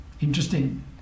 Interesting